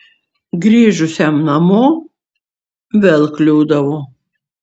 grįžusiam namo vėl kliūdavo